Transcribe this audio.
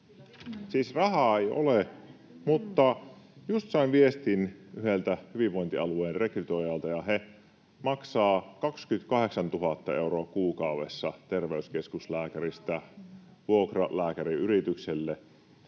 rahaa ei ole, mutta just sain viestin yhdeltä hyvinvointialueen rekrytoijalta, ja he maksavat 28 000 euroa kuukaudessa [Piritta Rantanen: Kuukaudessa!] terveyskeskuslääkäristä vuokralääkäriyritykselle,